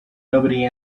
nobody